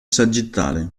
sagittale